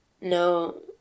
No